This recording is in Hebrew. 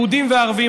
יהודים וערבים.